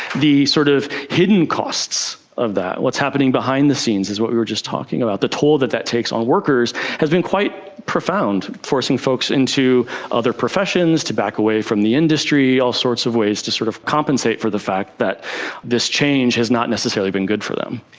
the sort of hidden costs of that, what's happening behind the scenes is what we were just talking about, the toll that that takes on workers has been quite profound, forcing folks into other professions, to back away from the industry, all sorts of ways to sort of compensate for the fact that this change has not necessarily been good for them.